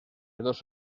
dos